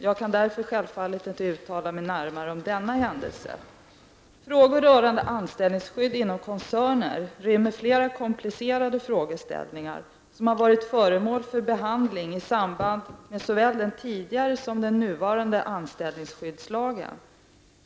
Jag kan därför självfallet inte uttala mig närmare om denna händelse. Frågor rörande anställningsskydd inom koncerner inrymmer flera komplicerade frågeställningar som har varit föremål för behandling i samband med såväl den tidigare som den nuvarande anställningsskyddslagen.